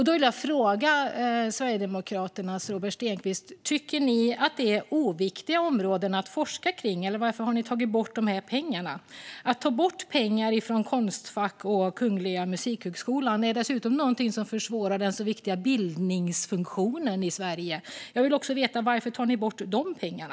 Då vill jag fråga Sverigedemokraternas Robert Stenkvist: Tycker ni att detta är oviktiga områden att forska kring, eller varför har ni tagit bort de här pengarna? Att ta bort pengar från Konstfack och Kungliga Musikhögskolan är dessutom någonting som försvårar den så viktiga bildningsfunktionen i Sverige. Jag vill också veta varför ni tar bort de pengarna.